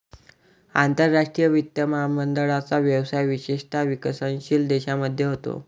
आंतरराष्ट्रीय वित्त महामंडळाचा व्यवसाय विशेषतः विकसनशील देशांमध्ये होतो